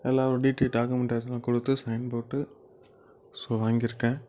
எல்லா டீடெய்ல் டாக்குமெண்ட்டேஷன்லாம் கொடுத்து சைன் போட்டு ஸோ வாங்கியிருக்கேன்